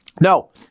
No